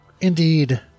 Indeed